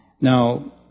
Now